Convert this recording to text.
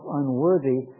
unworthy